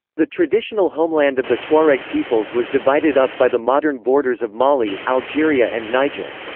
the traditional homeland of the tuareg peoples was divided up by the modern borders of mali, algeria and niger.